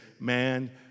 man